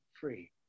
free